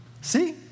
See